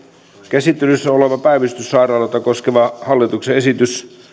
käsittelyssä oleva päivystyssairaaloita koskeva hallituksen esitys